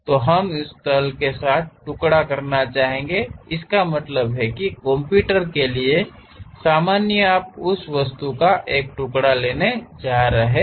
हम इसे उस तल के साथ टुकड़ा करना चाहेंगे इसका मतलब है कंप्यूटर के लिए सामान्य आप उस वस्तु का एक टुकड़ा लेने जा रहे हैं